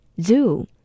zoo